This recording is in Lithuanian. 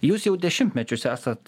jūs jau dešimtmečius esat